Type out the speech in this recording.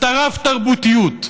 את הרב-תרבותיות,